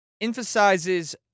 Emphasizes